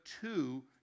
two